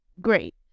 great